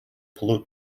pollute